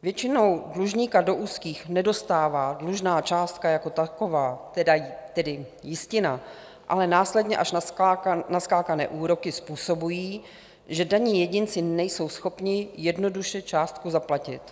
Většinou dlužníka do úzkých nedostává dlužná částka jako taková, tedy jistina, ale následně až naskákané úroky způsobují, že daní jedinci nejsou schopni jednoduše částku zaplatit.